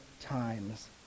times